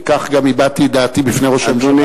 וכך גם הבעתי את דעתי בפני ראש הממשלה,